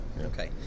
okay